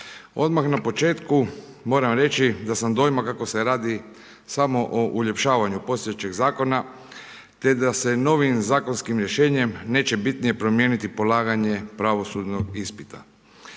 Odmah na početku moramo reći da sam dojma kako se radi samo o uljepšavanju postojećeg zakona te da se novim zakonskim rješenjem neće bitnije promijeniti polaganje pravosudnog ispita.